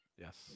Yes